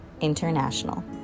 International